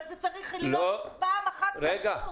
אבל זה צריך להיות פעם אחת סגור.